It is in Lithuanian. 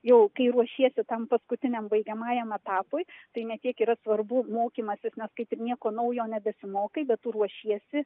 jau kai ruošiesi tam paskutiniam baigiamajam etapui tai ne tiek yra svarbs mokymasis nes kaip ir nieko naujo nebesimokai bet tu ruošiesi